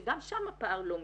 שגם שם הפער לא מצטמצם.